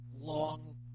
long